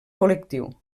col·lectiu